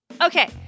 Okay